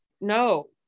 no